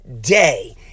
day